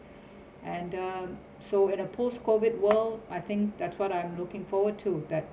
and the so at the post COVID world I think that's what I'm looking forward to that